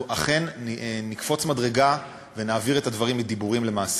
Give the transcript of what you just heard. אנחנו אכן נקפוץ מדרגה ונעביר את הדברים מדיבורים למעשים.